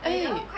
eh